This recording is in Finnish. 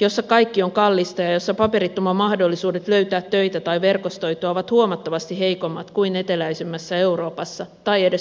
jossa kaikki on kallista ja jossa paperittoman mahdollisuudet löytää töitä tai verkostoitua ovat huomattavasti heikommat kuin eteläisemmässä euroopassa tai edes ruotsissa